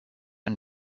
and